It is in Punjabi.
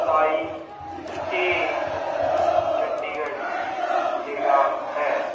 ਸਤਾਈ ਏ ਚੰਡੀਗੜ੍ਹ ਹੈਗਾ ਹੈ